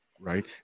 right